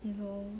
you know